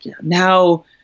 now